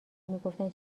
میگفتن